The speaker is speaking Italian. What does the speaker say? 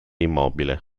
immobile